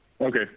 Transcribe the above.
Okay